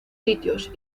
sitios